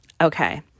Okay